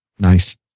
Nice